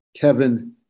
Kevin